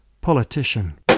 politician